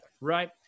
right